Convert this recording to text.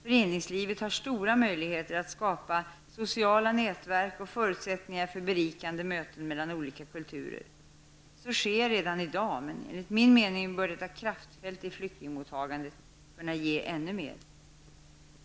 Föreningslivet har stora möjligheter att skapa sociala nätverk och förutsättningar för berikande möten mellan olika kulturer. Så sker redan i dag, men enligt min bedömning bör detta kraftfält i flyktingmottagandet kunna ge ännu mer.